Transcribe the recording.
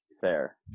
fair